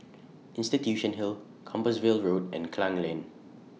Institution Hill Compassvale Road and Klang Lane